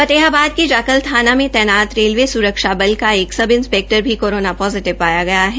फतेहाबद के जाख्ल थाना में तैनात रेलवे सुरक्षा बल का एक सब इंस्पैक्टर भी कोरोना पोजिटिव पाया गया है